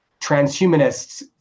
transhumanists